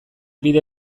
bide